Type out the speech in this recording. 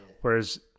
Whereas